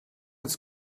its